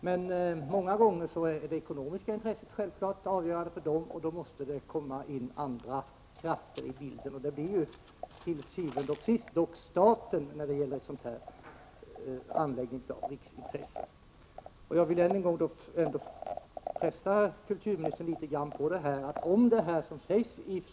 Men ofta är naturligtvis det ekonomiska intresset avgörande, och då krävs det att andra krafter träder in. Vid en anläggning av riksintresse, som i detta fall, blir det därför til syvende og sidst en sak för staten. Jag vill därför än en gång pressa kulturministern något.